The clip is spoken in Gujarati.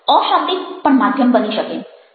અશાબ્દિક પણ માધ્યમ બની શકે